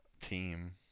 team